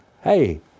hey